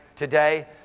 Today